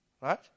Right